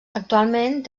actualment